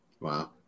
Wow